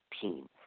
team